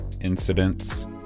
incidents